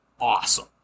awesome